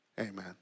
Amen